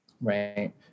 Right